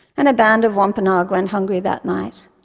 and a band of wampanoag went hungry that night.